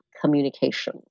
communication